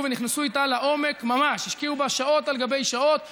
למה אתה לא